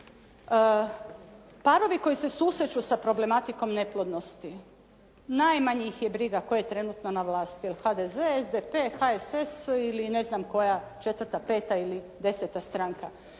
Parovi koji se susreću sa problematikom neplodnosti najmanje ih je briga tko je trenutno na vlasti, je li HDZ, SDP, HSS ili ne znam koja četvrta, peta ili deseta stranka.